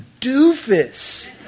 doofus